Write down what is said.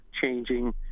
changing